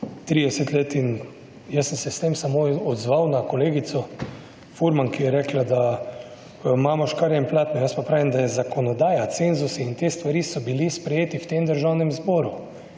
30 let in… Jaz sem se s tem samo odzval na kolegico Furman, ki je rekla, da ko imamo škarje in platno. Jaz pa pravim, da je zakonodaja cenzusi in te stvari so bili sprejeti v tem državnem zboru.